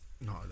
No